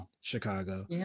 Chicago